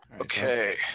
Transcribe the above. Okay